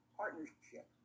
partnership